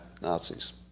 Nazis